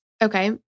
Okay